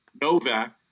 Novak